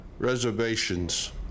reservations